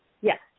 Yes